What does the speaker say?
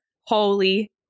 Holy